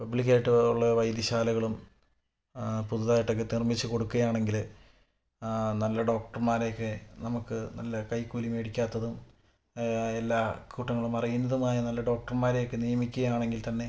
പബ്ലിക്കായിട്ട് ഉള്ള വൈദ്യ ശാലകളും ആ പുതുതായിട്ടൊക്കെ നിർമ്മിച്ച് കൊടുക്കയാണെങ്കില് ആ നല്ല ഡോക്ടർമാരെയൊക്കെ നമുക്ക് നല്ല കൈക്കൂലി മേടിക്കാത്തതും എല്ലാ കൂട്ടങ്ങളും അറിയുന്നതുമായ നല്ല ഡോക്ടർമാരെയൊക്കെ നിയമിക്കുകയാണെങ്കിൽ തന്നെ